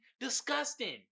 disgusting